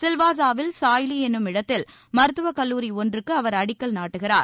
சில்வாசாவில் சாய்லி என்னும் இடத்தில் மருத்துவ கல்லூரி ஒன்றுக்கு அவர் அடிக்கல் நாட்டுகிறார்